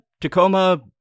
Tacoma